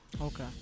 okay